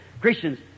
Christians